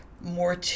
more